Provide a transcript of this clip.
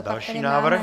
Další návrh.